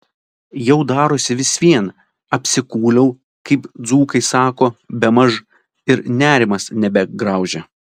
jau darosi vis vien apsikūliau kaip dzūkai sako bemaž ir nerimas nebegraužia